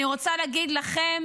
אני רוצה להגיד לכם,